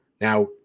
Now